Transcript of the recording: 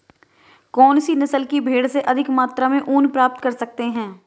कौनसी नस्ल की भेड़ से अधिक मात्रा में ऊन प्राप्त कर सकते हैं?